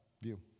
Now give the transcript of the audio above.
view